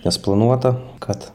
nes planuota kad